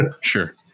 Sure